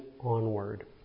onward